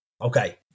Okay